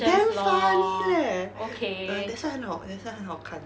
damn funny leh err that's why 很好 that's why 很好看